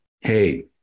hey